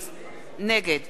נגד מגלי